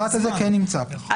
הפרט הזה כן נמצא פה.